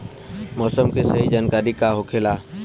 मौसम के सही जानकारी का होखेला?